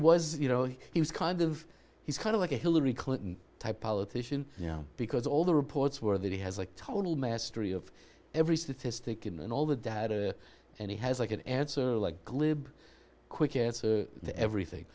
was you know he was kind of he's kind of like a hillary clinton type politician you know because all the reports were that he has a total mastery of every statistic and all the data and he has like an answer like glib quick answer to everything